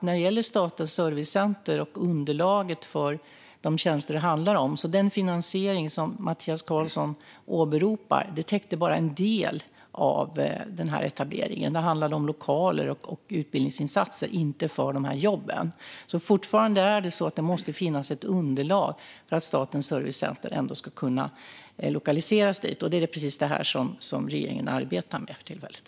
När det gäller Statens servicecenter och underlaget för de tjänster som det handlar om kan jag säga att den finansiering som Mattias Karlsson åberopar bara täckte en del av denna etablering. Det handlade om lokaler och utbildningsinsatser, inte jobben. Fortfarande är det alltså så att det måste finnas ett underlag för att Statens servicecenter ändå ska kunna lokaliseras dit. Det är precis detta som regeringen arbetar med för tillfället.